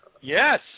Yes